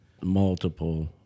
multiple